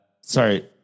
Sorry